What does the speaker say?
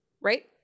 right